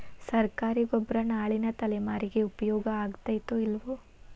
ಸರ್ಕಾರಿ ಗೊಬ್ಬರ ನಾಳಿನ ತಲೆಮಾರಿಗೆ ಉಪಯೋಗ ಆಗತೈತೋ, ಇಲ್ಲೋ?